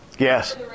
Yes